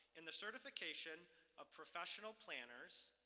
and the certification of professional planners,